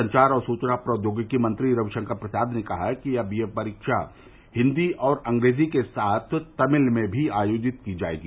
संचार और सूचना प्रौद्योगिकी मंत्री रविशंकर प्रसाद ने कहा कि अब यह परीक्षा हिन्दी और अंग्रेजी के साथ तमिल में भी आयोजित की जाएगी